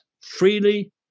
freely